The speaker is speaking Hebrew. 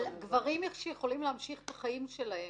אבל גברים יכולים להמשיך בחייהם